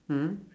mm